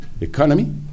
economy